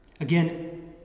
Again